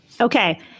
Okay